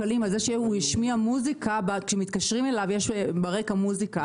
על זה שכשמתקשרים אליו יש ברקע מוזיקה.